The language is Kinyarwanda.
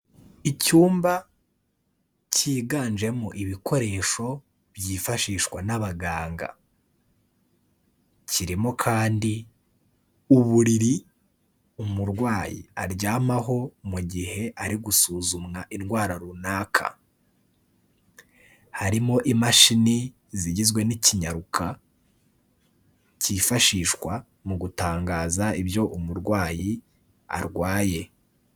Icyumba cyiganjemo ibikoresho byifashishwa n'abaganga, kirimo kandi uburiri umurwayi aryamaho mu gihe ari gusuzumwa indwara runaka, harimo imashini zigizwe n'ikinyaruka kifashishwa mu gutangaza ibyo umurwayi arwaye.